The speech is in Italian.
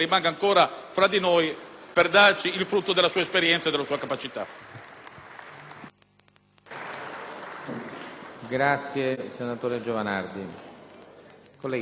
per darci il frutto della sua esperienza e della sua capacità.